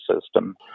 system